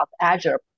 Azure